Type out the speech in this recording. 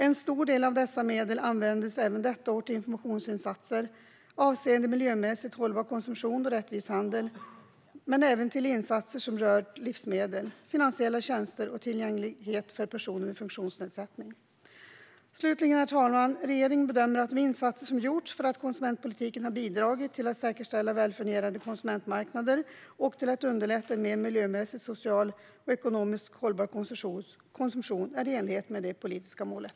En stor del av dessa medel användes även detta år till informationsinsatser avseende miljömässigt hållbar konsumtion och rättvis handel. Men de användes även till insatser som rör livsmedel, finansiella tjänster och tillgänglighet för personer med funktionsnedsättning. Slutligen, herr talman, bedömer regeringen att de insatser som gjorts inom konsumentpolitiken har bidragit till att säkerställa välfungerande konsumentmarknader och till att underlätta en mer miljömässigt, socialt och ekonomiskt hållbar konsumtion, i enlighet med det politiska målet.